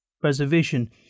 preservation